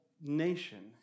nation